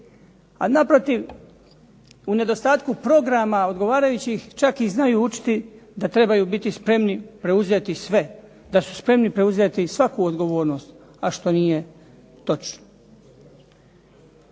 A naprotiv u nedostatku programa odgovarajućih čak i znaju učiti da trebaju biti spremni preuzeti sve, da su spremni preuzeti svaku odgovornost, a što nije točno.